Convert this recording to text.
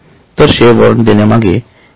तर share warrant देण्यामागे हे एक उदाहरण आहे